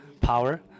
power